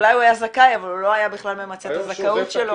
אולי הוא היה זכאי אבל הוא לא היה בכלל ממצה את הזכאות שלו.